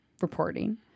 reporting